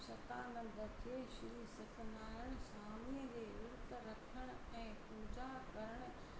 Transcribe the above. शतानंद खे श्री सत्यनारायण स्वामीअ जे विर्तु रखणु ऐं उजा करणु